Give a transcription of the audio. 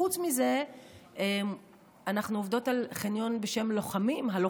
חוץ מזה אנחנו עובדות על חניון בשם הלוחמים,